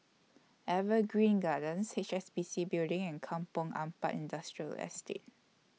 Evergreen Gardens H S B C Building and Kampong Ampat Industrial Estate